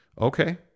Okay